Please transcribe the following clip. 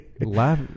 laugh